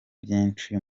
byinshi